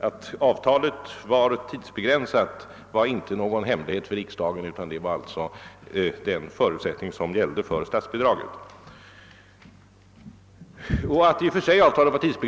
Att avtalet var tidsbegränsat var alltså ingen hemlighet och väl